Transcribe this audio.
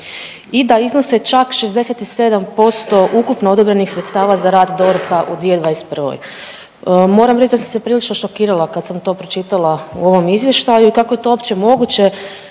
i da iznose čak 67% ukupno odobrenih sredstava za rad DORH-a u 2021. Moram priznati da sam se prilično šokirala kad sam to pročitala u ovom izvještaju. Kako je to uopće moguće?